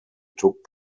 took